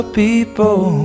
people